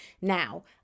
Now